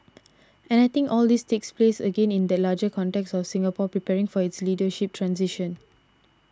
and I think all this takes place again in that larger context of Singapore preparing for its leadership transition